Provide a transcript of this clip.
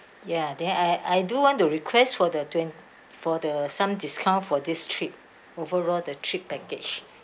ya then I I do want to request for the twen~ for the some discount for this trip overall the trip package